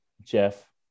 Jeff